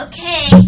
Okay